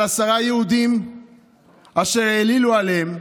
על עשרה יהודים אשר העלילו עליהם.